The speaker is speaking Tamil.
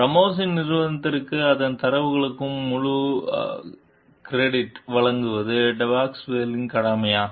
ராமோஸின் நிறுவனத்திற்கு அதன் தரவுகளுக்கு முழு கடன் வழங்குவது டெபாஸ்குவேலின் கடமையா